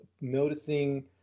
noticing